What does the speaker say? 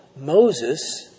Moses